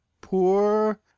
poor